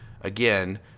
again